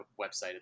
website